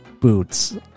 boots